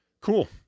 cool